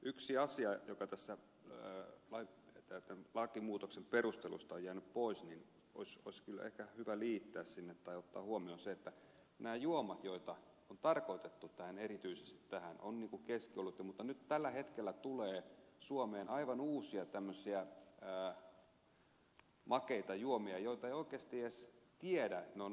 yksi asia joka tämän lakimuutoksen perusteluista on jäänyt pois ja joka olisi ehkä hyvä liittää sinne tai joka tulisi ottaa huomioon on se että näin juomat joita on tarkoitettu tässä erityisesti tarkoitetaan keskiolutta ja tällaisia juomia mutta tällä hetkellä tulee suomeen tämmöisiä aivan uusia makeita juomia joista ei oikeasti edes tiedä että ne ovat alkoholia